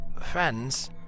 friends